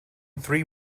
three